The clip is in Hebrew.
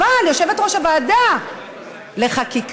אבל יושבת-ראש הוועדה לחקיקה,